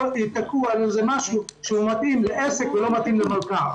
ייתקעו על משהו שמתאים לעסק ולא מתאים למלכ"ר.